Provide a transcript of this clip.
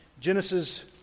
Genesis